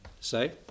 say